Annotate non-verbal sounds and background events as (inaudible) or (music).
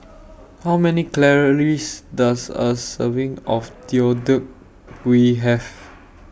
How Many Calories Does A Serving of (noise) Deodeok Gui Have